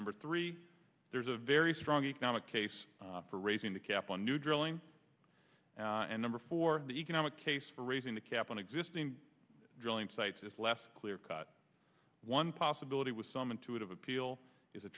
number three there's a very strong economic case for raising the cap on new drilling and number for the economic case for raising the cap on existing drilling sites is less clear cut one possibility with some intuitive appeal is a